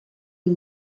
amb